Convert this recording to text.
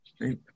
right